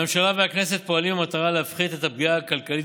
הממשלה והכנסת פועלות במטרה להפחית את הפגיעה הכלכלית